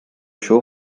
show